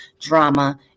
drama